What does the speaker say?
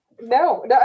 no